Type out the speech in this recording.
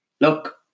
look